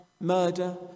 murder